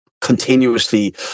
continuously